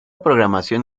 programación